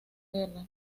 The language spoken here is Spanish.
guerra